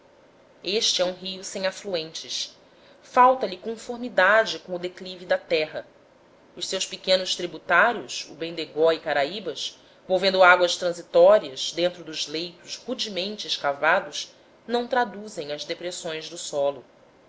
este é um rio sem afluentes falta-lhe conformidade com o declive da terra os seus pequenos tributários o bendegó e o caraíbas volvendo águas transitórias dentro dos leitos rudemente escavados não traduzem as depressões do solo